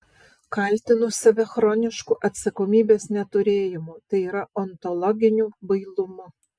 kaltinu save chronišku atsakomybės neturėjimu tai yra ontologiniu bailumu